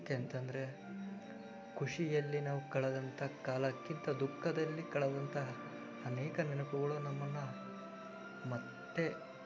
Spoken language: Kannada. ಮತ್ತೆ ಎಂತಂದ್ರೆ ಖುಷಿಯಲ್ಲಿ ನಾವು ಕಳೆದಂತಹ ಕಾಲಕ್ಕಿಂತ ದುಃಖದಲ್ಲಿ ಕಳೆದಂತಹ ಅನೇಕ ನೆನಪುಗಳು ನಮ್ಮನ್ನು ಮತ್ತೆ